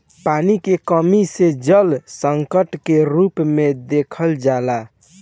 पानी के कमी के जल संकट के रूप में देखल जाला